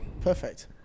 Perfect